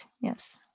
Yes